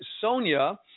Sonia